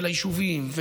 ליישובים,